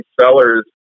sellers